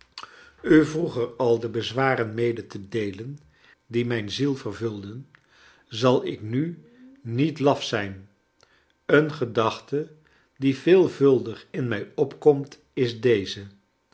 u vroeger al de bezwaren mede te deelen die mijn ziel vervulden zal ik nu niet laf zijn een gedachte die veelvuldig in mij opkomt is deze